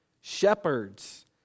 shepherds